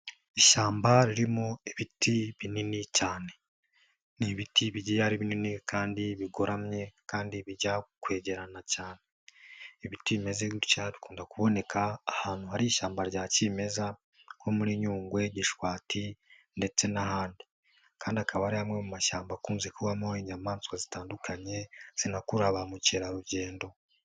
Ishyamba ririmo ibiti binini cyane ni ibiti byirari binini kandi bigoramye kandi bijya kwegerana cyane. Ibiti bimeze gutya bikunda kuboneka ahantu hari ishyamba rya kimeza nko muri Nyungwe, Gishwati, ndetse n'ahandi, kandi akaba ari hamwe mu mashyamba akunze kubamo inyamaswa zitandukanye zinakurura ba mukerarugendo.